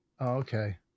okay